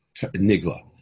Nigla